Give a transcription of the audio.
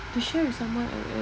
to show someone as